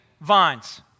vines